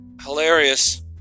Hilarious